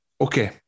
Okay